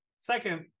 Second